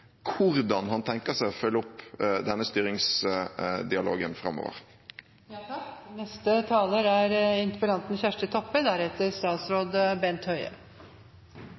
hvordan han tenker seg å følge opp denne styringsdialogen framover. Takk til alle som har hatt ordet, og takk